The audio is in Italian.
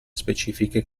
specifiche